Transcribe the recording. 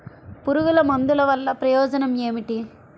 పురుగుల మందుల వల్ల ప్రయోజనం ఏమిటీ?